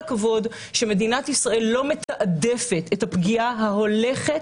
שמדינת ישראל לא מתעדפת את הפגיעה ההולכת